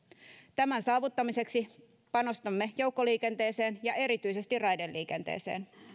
tämän saavuttamiseksi panostamme joukkoliikenteeseen ja erityisesti raideliikenteeseen